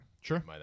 Sure